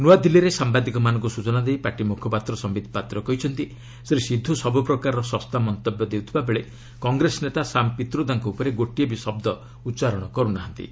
ନୁଆଦିଲ୍ଲୀରେ ସାମ୍ବାଦିକମାନଙ୍କୁ ସୂଚନା ଦେଇ ପାର୍ଟି ମୁଖପାତ୍ର ସମ୍ଭିତ ପାତ୍ର କହିଛନ୍ତି ଶ୍ରୀ ସିଦ୍ଧୁ ସବୁପ୍ରକାରର ଶସ୍ତା ମନ୍ତବ୍ୟ ଦେଉଥିବା ବେଳେ କଂଗ୍ରେସ ନେତା ଶାମ ପିତ୍ରୋଦାଙ୍କ ଉପରେ ଗୋଟିଏ ବି ଶବ୍ଦ ଉଚ୍ଚାରଣ କରୁ ନାହାନ୍ତି